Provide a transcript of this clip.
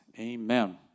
Amen